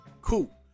cool